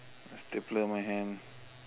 I stapler my hand